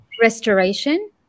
Restoration